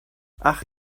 ach